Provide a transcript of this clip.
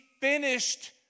finished